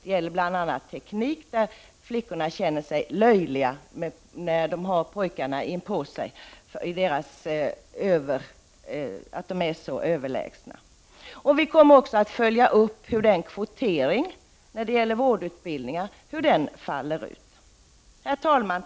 Det gäller bl.a. teknik, där flickorna känner sig löjliga att ha pojkarna inpå sig när de är så överlägsna. Vi kommer också att följa upp hur kvoteringen när det gäller vårdutbildningen faller ut. Herr talman!